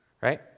Right